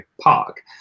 park